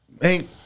hey